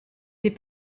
des